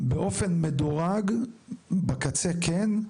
באופן מדורג, בקצה כן.